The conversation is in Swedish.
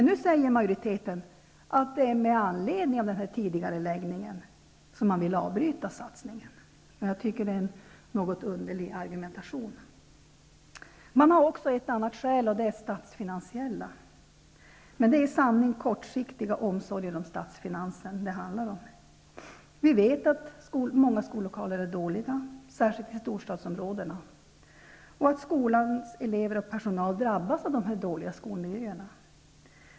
Nu säger majoriteten att det är med anledning av denna tidigareläggning som man vill avbryta satsningen. Det är en något underlig argumentation. Ett annat skäl som anförs är statsfinanserna. Men det handlar i sanning om en kortsiktig omsorg om statsfinanserna. Vi vet att många skollokaler är dåliga, särskilt i storstadsområdena, och att skolans elever och personal drabbas av dessa dåliga skolmiljöer.